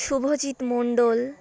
Subhajit Mondal